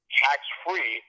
tax-free